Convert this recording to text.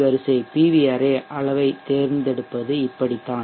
வரிசை அளவைத் தேர்ந்தெடுப்பது இப்படித்தான்